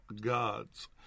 gods